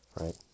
right